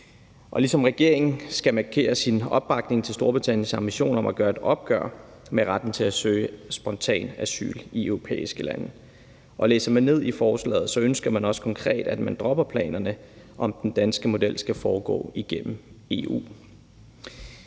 ligesom regeringen skal markere sin opbakning til Storbritanniens ambition om at tage et opgør med retten til at søge spontant asyl i europæiske lande. Og læser vi ned i forslaget, ser vi også, at man konkret ønsker, at man dropper planerne om, at den danske model skal foregå igennem EU.